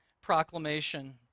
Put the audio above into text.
proclamation